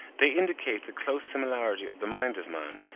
they indicate the close similarity of the mind of man,